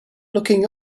looking